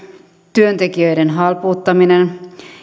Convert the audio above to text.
työntekijöiden halpuuttaminen